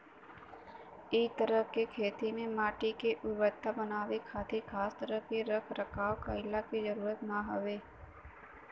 इ तरह के खेती में माटी के उर्वरता बनावे खातिर खास तरह के रख रखाव कईला के जरुरत ना हवे